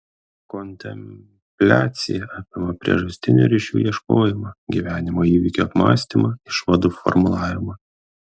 kontempliacija apima priežastinių ryšių ieškojimą gyvenimo įvykių apmąstymą išvadų formulavimą